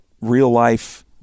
real-life